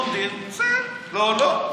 לומדים, עוברים, לא, לא.